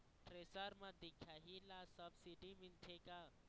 Thresher म दिखाही ला सब्सिडी मिलथे का?